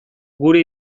gure